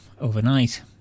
overnight